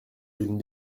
d’une